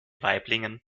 waiblingen